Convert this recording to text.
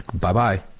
Bye-bye